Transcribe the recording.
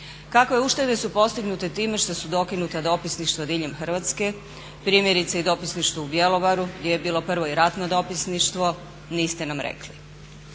Kakve uštede su postignute time što su dokinuta dopisništva diljem Hrvatske, primjerice i dopisništvo u Bjelovaru gdje je bilo prvo i ratno dopisništvo niste nam rekli?